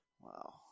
Wow